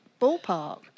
ballpark